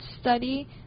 study